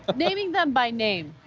um naming them by name.